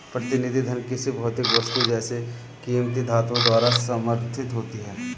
प्रतिनिधि धन किसी भौतिक वस्तु जैसे कीमती धातुओं द्वारा समर्थित होती है